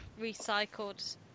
recycled